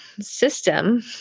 system